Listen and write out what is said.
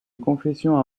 confession